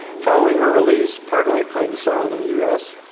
following her release, partnoy claimed asylum in the us.